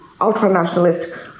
ultra-nationalist